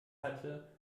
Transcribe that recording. hatte